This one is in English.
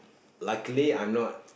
luckily I'm not